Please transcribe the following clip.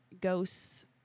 ghosts